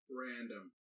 random